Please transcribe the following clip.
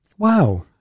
Wow